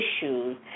issues